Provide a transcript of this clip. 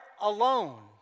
alone